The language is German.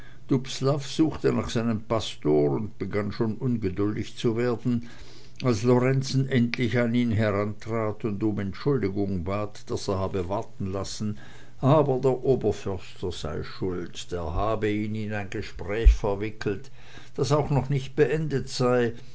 suchte nach seinem pastor und begann schon ungeduldig zu werden als lorenzen endlich an ihn herantrat und um entschuldigung bat daß er habe warten lassen aber der oberförster sei schuld der habe ihn in ein gespräch verwickelt das auch noch nicht beendet sei